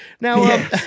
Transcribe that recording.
Now